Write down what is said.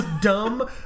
dumb